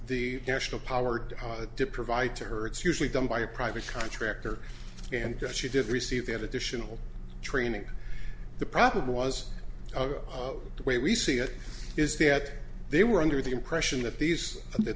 the national powered to provide to her it's usually done by a private contractor and she did receive that additional training the problem was the way we see it is that they were under the impression that these that